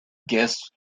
gifts